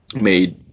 made